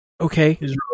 Okay